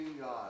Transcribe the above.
God